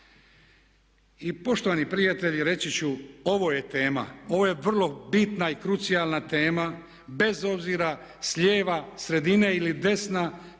I poštovani prijatelji, reći ću ovo je tema, ovo je vrlo bitna i krucijalna tema bez obzira s lijeva, sredine ili desna